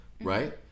right